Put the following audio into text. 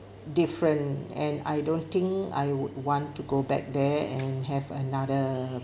different and I don't think I would want to go back there and have another